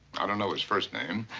i don't know his first name.